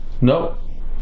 no